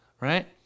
right